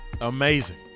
Amazing